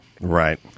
Right